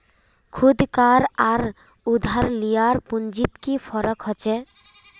खुद कार आर उधार लियार पुंजित की फरक होचे?